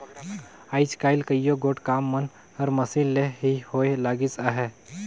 आएज काएल कइयो गोट काम मन हर मसीन ले ही होए लगिस अहे